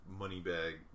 Moneybag